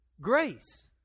Grace